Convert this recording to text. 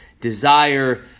desire